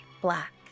black